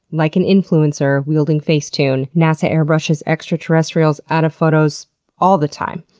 like an influencer wielding facetune, nasa airbrushes extraterrestrials out of photos all the time.